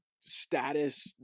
status